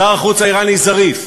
שר החוץ האיראני זריף,